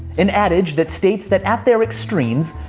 an adage that states that at their extremes,